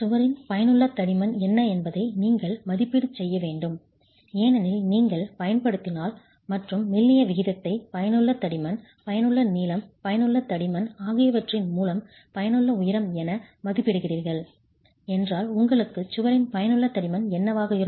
சுவரின் பயனுள்ள தடிமன் என்ன என்பதை நீங்கள் மதிப்பீடு செய்ய வேண்டும் ஏனெனில் நீங்கள் பயன்படுத்தினால் மற்றும் மெல்லிய விகிதத்தை பயனுள்ள தடிமன் பயனுள்ள நீளம் பயனுள்ள தடிமன் ஆகியவற்றின் மூலம் பயனுள்ள உயரம் என மதிப்பிடுகிறீர்கள் என்றால் உங்களுக்கு சுவரின் பயனுள்ள தடிமன் என்னவாக இருக்கும்